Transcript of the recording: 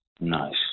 Nice